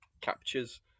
captures